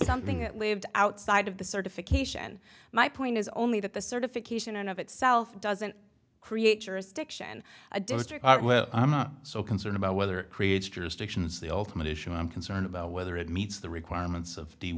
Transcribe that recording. something it lived outside of the certification my point is only that the certification and of itself doesn't create jurisdiction a disaster well i'm not so concerned about whether creates jurisdiction is the ultimate issue i'm concerned about whether it meets the requirements of the